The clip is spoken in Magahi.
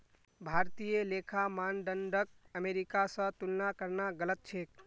भारतीय लेखा मानदंडक अमेरिका स तुलना करना गलत छेक